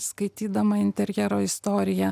skaitydama interjero istoriją